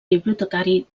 bibliotecari